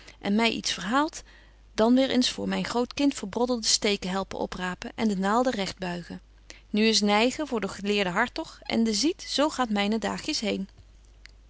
en my iets verhaalt dan weer eens voor myn groot kind verbroddelde steken helpen oprapen en de naalden regt buigen nu eens neigen voor de geleerde hartog ende ziet zo gaan myne daagjes heen